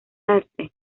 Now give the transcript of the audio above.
arte